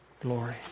glory